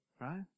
Right